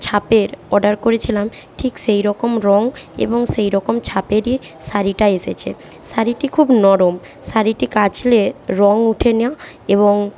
ছাপের order করেছিলাম ঠিক সেইরকম রং এবং সেইরকম ছাপেরই শাড়িটা এসেছে শাড়িটি খুব নরম শাড়িটি কাচলে রং ওঠে না এবং